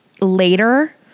later